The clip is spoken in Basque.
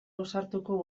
ausartuko